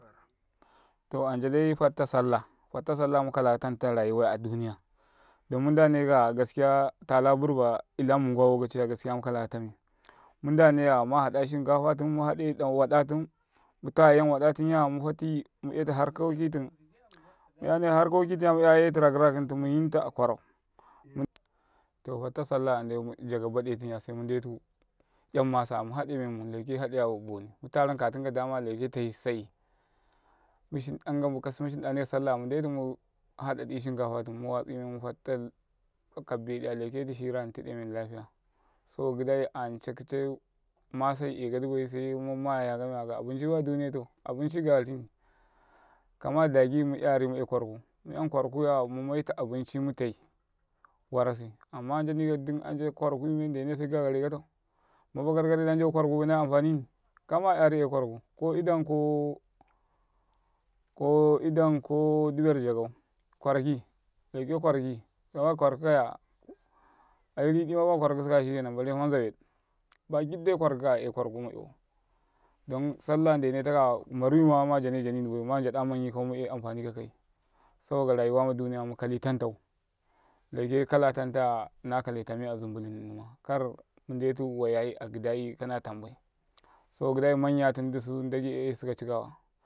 ﻿To anca ɗai fatta sallah fatta sallah mukala ka tanta rayuwai aduniya dommu ndane gaskia tala burba ilammunka lokaciya gaskia mukalaka fatum muntai waɗatum muta yayam waɗa tumya mufati mu etu harkoki tum mu 'yane harkoki tum muyinta akwarau to fatta sallaya jaja baɗe tumya semu ndetu ϓam masa muhaɗe memu lauke haɗe mutaran katum kada maya lauke tai sai musanɗane ka salla ya mu ndetu mu haɗadi shinkafatum muwatsi memu kabediya tauke etu shirani tiɗe meni lafiya saboka ɡiɗai anca kicai masia ekadi wana bai saiɗa mu mayaka miya ta ka tinabai aduniyay to tinai bari tinki kama daɡi mu 'yay kwaraku ma'yan kwarakuya mumaitu tija mutai wari amma ancai neka dum kwarayay me ndene se ნankatau kuma bakarkare da njauka kwarakubai naye amfani ni kamo yari yay idam ka diber dagau kwaraki lauke lwaraki bakwarakikaya ai rodima ba kwakusukaya shikenan baɡiɗɗai kwara kukaya 'yay kwara kuma 'yawau ɗon sallah nɗene takaya maruima ma jane janiniba ma njaɗa manyi kawai mu 'yai amfani ka kaȉ saboka rayuwa maɗu niya mukali tantau lauke kala tantaya na kale tami a zunbulun hni kar mu nɗetu wayayi aɡiɗai manya tumdusun nɗaɡe esuka cikwa.